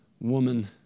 woman